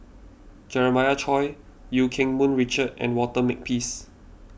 Jeremiah Choy Eu Keng Mun Richard and Walter Makepeace